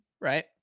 right